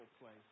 place